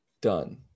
done